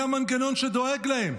מה המנגנון שדואג להם?